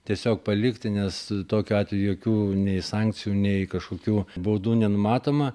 tiesiog palikti nes tokiu atveju jokių nei sankcijų nei kažkokių baudų nenumatoma